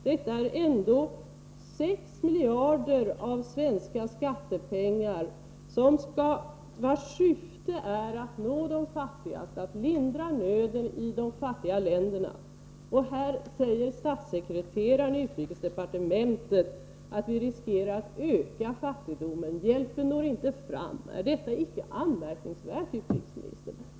Det rör sig ändå om 6 miljarder av svenska skattepengar, och syftet med vårt bistånd är att nå de fattigaste, att lindra nöden i de fattigaste länderna. I DN-artikeln säger statssekreteraren i utrikesdepartementet att vi riskerar att öka fattigdomen och att hjälpen inte når fram. Är inte detta anmärkningsvärt, utrikesministern?